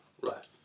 Right